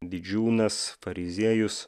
didžiūnas fariziejus